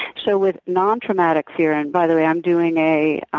so, with non-traumatic fear, and, by the way, i'm doing a